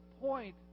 point